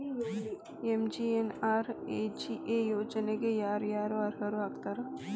MGNREGA ಯೋಜನೆಗೆ ಯಾರ ಯಾರು ಅರ್ಹರು ಆಗ್ತಾರ?